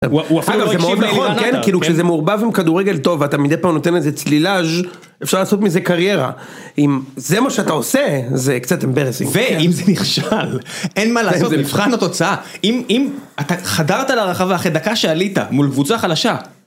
זה מאוד נכון, כאילו כשזה מעורבב עם כדורגל טוב ואתה מדי פעם נותן איזה צלילאז' אפשר לעשות מזה קריירה. אם זה מה שאתה עושה זה קצת אמברסינג. ואם זה נכשל, אין מה לעשות זה מבחן התוצאה, אם אתה חדרת לרחבה אחרי דקה שעלית, מול קבוצה חלשה.